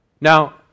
Now